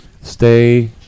Stay